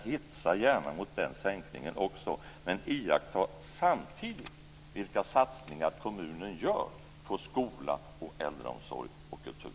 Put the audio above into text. Hetsa gärna mot den sänkningen också, men iaktta samtidigt vilka satsningar kommunen gör på skola, äldreomsorg och kultur.